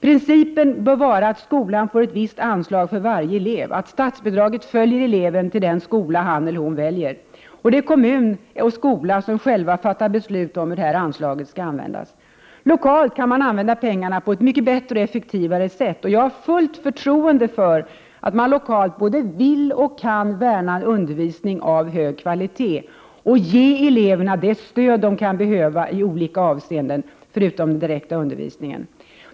Principen bör vara att skolan får ett visst anslag för varje elev — statsbidraget skall följa eleven till den skola han eller hon väljer — och det är kommun och skola som själva fattar beslut om hur detta anslag skall användas. Lokalt kan man använda pengarna på ett bättre och effektivare sätt. Jag har fullt förtroende för att man lokalt både vill och kan värna en undervisning av hög kvalitet och ge eleverna det stöd som de kan behöva i olika avseenden förutom den direkta undervisningen.